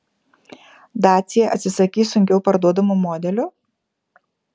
dacia atsisakys sunkiau parduodamų modelių